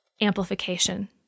amplification